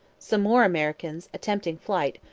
some more americans, attempting flight,